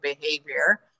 behavior